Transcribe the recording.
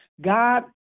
God